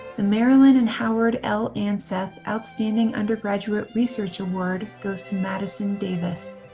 the marilyn and howard l. anseth outstanding undergraduate research award goes to madison davis.